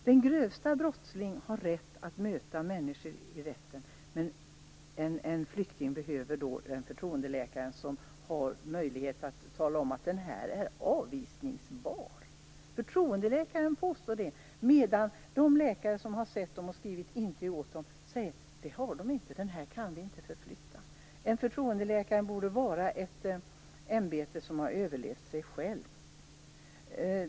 Den grövsta brottsling har rätt att möta människor i rätten, men en flykting får en förtroendeläkare som har möjlighet att säga att han är avvisningsbar. Förtroendeläkaren påstår det, medan de läkare som har sett honom och skrivit intyg åt honom säger tvärtom: Honom kan vi inte förflytta. Förtroendeläkare borde vara ett ämbete som har överlevt sig självt.